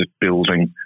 building